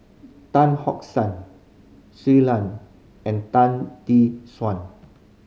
Tan Hock San Shui Lan and Tan Tee Suan